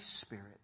Spirit